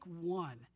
one